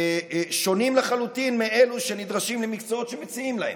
שונים לחלוטין מאלה שנדרשים למקצועות שמציעים להם.